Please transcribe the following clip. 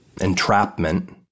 entrapment